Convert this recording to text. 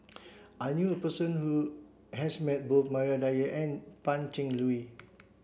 I knew a person who has met both Maria Dyer and Pan Cheng Lui